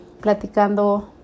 platicando